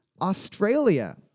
Australia